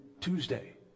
Tuesday